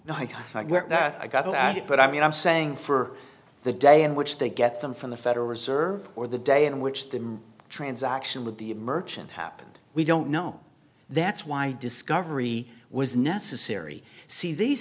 get that i got it but i mean i'm saying for the day in which they get them from the federal reserve or the day in which the transaction with the merchant happened we don't know that's why discovery was necessary see these